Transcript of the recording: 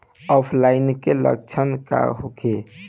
ऑफलाइनके लक्षण का होखे?